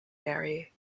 mary